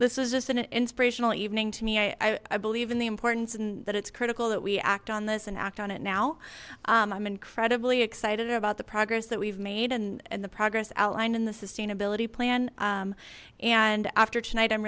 this was just an inspirational evening to me i believe in the importance and that it's critical that we act on this and act on it now i'm incredibly excited about the progress that we've made and in the progress outlined in the sustainability plan and after tonight i'm